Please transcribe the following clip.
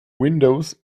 windows